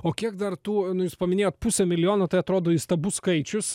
o kiek dar tų nu jūs paminėjot pusę milijono tai atrodo įstabus skaičius